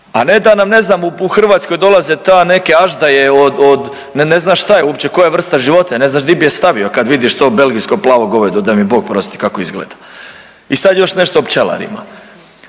a ne da nam ne znam u Hrvatskoj dolaze ta neke aždaje od, od ne znaš šta je koja vrsta životinja, ne znaš gdje bi je stavio kad vidiš to belgijsko plavo govedo da mi bog prostiti kako izgleda. I sad još nešto o pčelarima.